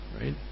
right